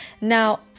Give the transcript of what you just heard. Now